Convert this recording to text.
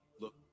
look